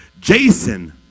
Jason